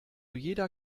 jeder